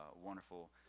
wonderful